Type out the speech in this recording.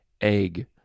Egg